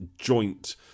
joint